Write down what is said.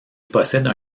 possède